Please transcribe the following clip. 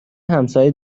همسایه